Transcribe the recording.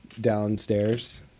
downstairs